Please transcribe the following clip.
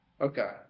Okay